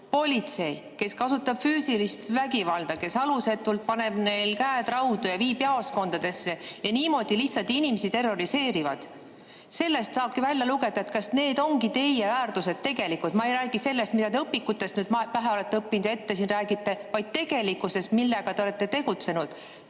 politsei, kes kasutab füüsilist vägivalda, kes paneb alusetult inimestel käed raudu ja viib nad jaoskondadesse ning niimoodi lihtsalt inimesi terroriseerib. Sellest saabki välja lugeda [küsimuse], kas need ongi teie väärtused tegelikult. Ma ei räägi sellest, mida te õpikutest pähe olete õppinud ja siin ette räägite, vaid tegelikkusest, [sellest, kuidas] te olete tegutsenud.